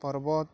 ପର୍ବତ